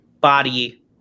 body